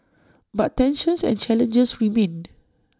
but tensions and challenges remain